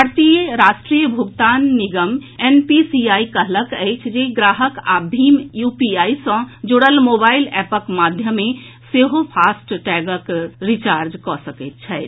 भारतीय राष्ट्रीय भुगतान निगम एनपीसीआई कहलक अछि जे ग्राहक आब भीम यूपीआई सँ जुड़ल मोबाईल एपक माध्यम सँ सेहो फास्ट टैग के रिचार्ज कऽ सकैत छथि